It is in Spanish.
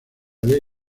ley